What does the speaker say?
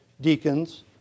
deacons